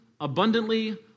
abundantly